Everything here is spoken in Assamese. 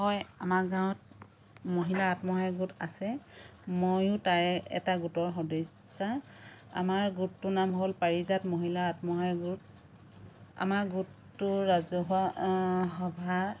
হয় আমাৰ গাঁৱত মহিলা আত্মসহায়ক গোট আছে ময়ো তাৰে এটা গোটৰ সদস্য়া আমাৰ গোটটোৰ নাম হ'ল পাৰিজাত মহিলা আত্মসহায়ক গোট আমাৰ গোটটোৰ ৰাজহুৱা সভা